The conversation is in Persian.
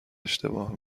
اشتباه